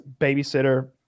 babysitter